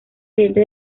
siente